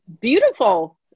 beautiful